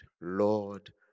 Lord